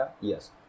Yes